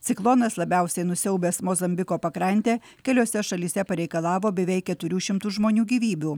ciklonas labiausiai nusiaubęs mozambiko pakrantę keliose šalyse pareikalavo beveik keturių šimtų žmonių gyvybių